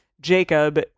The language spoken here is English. Jacob